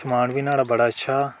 समान बी न्हाड़ा बड़ा अच्छा